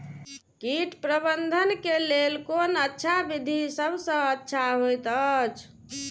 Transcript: कीट प्रबंधन के लेल कोन अच्छा विधि सबसँ अच्छा होयत अछि?